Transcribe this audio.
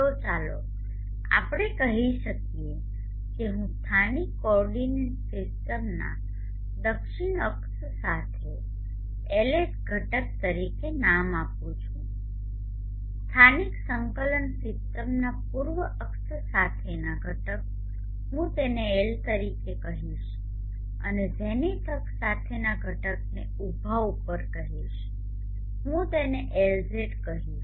તો ચાલો આપણે કહી શકીએ કે હું સ્થાનિક કોઓર્ડિનેટ સિસ્ટમના દક્ષિણ અક્ષ સાથે Ls ઘટક તરીકે નામ આપું છું સ્થાનિક સંકલન સીસ્ટમના પૂર્વ અક્ષ સાથેના ઘટક હું તેને L તરીકે કહીશ અને જેનિથ અક્ષ સાથેના ઘટકને ઊભા ઉપર કહીશ હું તેને Lz કહીશ